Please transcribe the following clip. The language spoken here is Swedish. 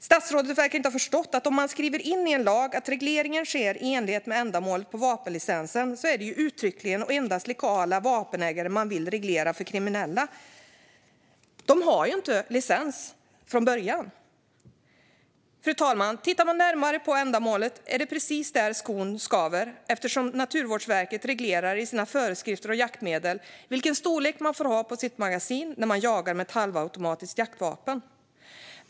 Statsrådet verkar inte ha förstått att om man skriver in i en lag att regleringen sker i enlighet med ändamålet på vapenlicensen är det uttryckligen och endast legala vapenägare man vill reglera. Kriminella har ju inte vapenlicens till att börja med. Fru talman! Tittar man närmare på ändamålet ser man att det är precis där skon skaver eftersom Naturvårdsverket reglerar i sina föreskrifter om jaktmedel vilken storlek man får ha på sitt magasin när man jagar med ett halvautomatiskt jaktvapen.